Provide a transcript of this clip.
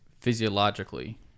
physiologically